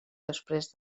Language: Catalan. després